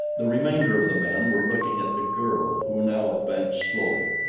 the remainder of the men were looking at the girl who now advanced slowly,